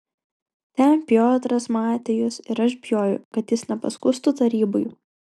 ten piotras matė jus ir aš bijojau kad jis nepaskųstų tarybai